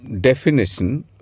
definition